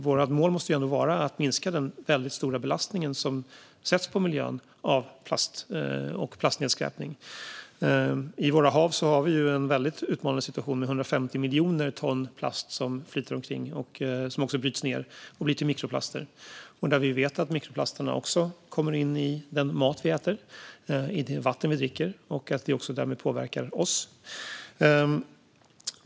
Vårt mål måste ändå vara att minska den väldigt stora belastningen av plast och plastnedskräpning som miljön utsätts för. I våra hav har vi en stor utmaning med 150 miljoner ton plast som flyter omkring och även bryts ned till mikroplaster. Vi vet också att mikroplaster kommer in i den mat vi äter och i det vatten vi dricker och därmed påverkar oss.